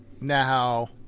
Now